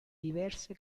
diverse